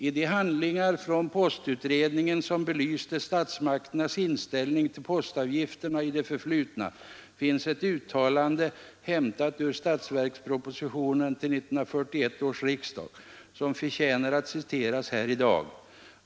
I de handlingar från postutredningen som belyste statsmakternas inställning till postavgifterna i det förflutna finns ett uttalande hämtat ur statsverkspropositionen till 1941 års riksdag, som förtjänar att citeras här i dag.